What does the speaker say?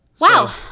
Wow